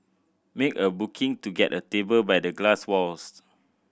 make a booking to get a table by the glass walls